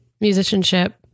musicianship